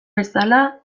bezala